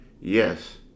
Yes